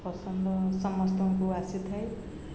ପସନ୍ଦ ସମସ୍ତଙ୍କୁ ଆସିଥାଏ